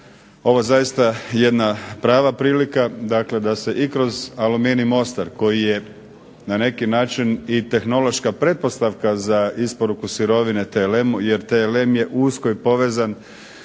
ovo zaista jedna prava prilika, dakle da se i kroz Aluminij Mostar koji je na neki način i tehnološka pretpostavka za isporuku sirovine TLM-u jer TLM je usko povezan